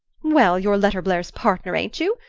well, you're letterblair's partner, ain't you?